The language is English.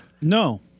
No